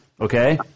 okay